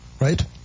right